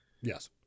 Yes